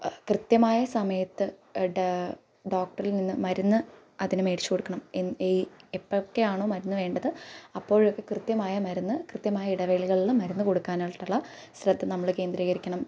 കൃത്യമായ സമയത്ത് ഡോക്ടറിൽ നിന്ന് മരുന്ന് അതിന് മേടിച്ചു കൊടുക്കണം എപ്പോളൊക്കെയാണോ മരുന്ന് വേണ്ടത് അപ്പോഴൊക്കെ കൃത്യമായ മരുന്ന് കൃത്യമായ ഇടവേളകളിൽ മരുന്ന് കൊടുക്കാനായിട്ടുള്ള ശ്രദ്ധ നമ്മൾ കേന്ദ്രീകരിക്കണം